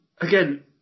again